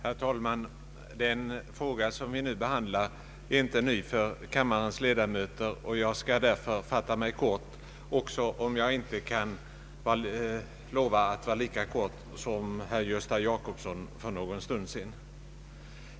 Herr talman! Den fråga som vi nu behandlar är inte ny för kammarens ledamöter, och jag skall därför söka fatta mig kort, även om jag inte kan lova att bli lika kortfattad som herr Gösta Jacobsson var för en stund sedan.